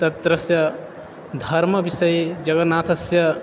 तत्रस्य धर्मविषये जगन्नाथस्य